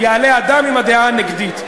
יעלה אדם עם הדעה הנגדית.